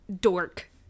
dork